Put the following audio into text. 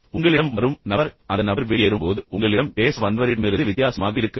உங்களிடம் வரும் நபர் அந்த நபர் வெளியேறும் போது உங்களிடம் பேச வந்தவரிடமிருந்து வித்தியாசமாக இருக்க வேண்டும்